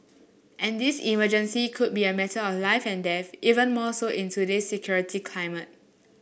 and this emergency could be a matter of life and death even more so in today security climate